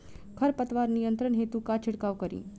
खर पतवार नियंत्रण हेतु का छिड़काव करी?